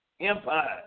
Empire